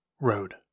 Road